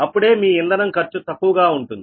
అప్పుడే మీ ఇంధనం ఖర్చు తక్కువగా ఉంటుంది